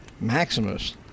Maximus